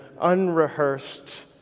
unrehearsed